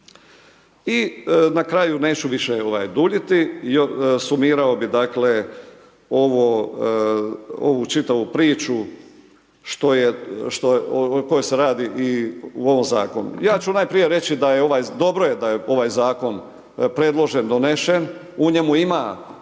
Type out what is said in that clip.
I na kraju neću više duljiti, jer sumirao bi dakle, ovo, ovu čitavu priču što je, koje se radi i u ovom zakonu. Ja ću najprije reći da je ovaj, dobro je da je ovaj zakon predložen donešen u njemu ima dobrih,